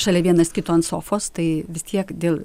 šalia vienas kito ant sofos tai vis tiek dėl